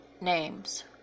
names